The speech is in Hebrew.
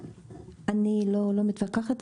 אני לא מתווכחת,